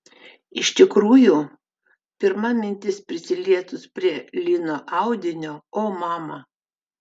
iš tikrųjų pirma mintis prisilietus prie lino audinio o mama